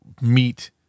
meet